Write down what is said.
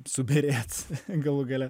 subyrėt galų gale